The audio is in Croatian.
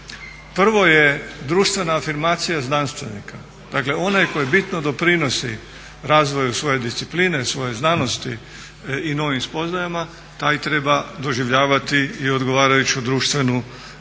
Prvo je društvena afirmacija znanstvenika, dakle onaj koji bitno doprinosi razvoju svoje discipline, svoje znanosti i novim spoznajama taj treba doživljavati i odgovarajuću društvenu afirmaciju